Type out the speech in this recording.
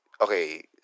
okay